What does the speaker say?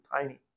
tiny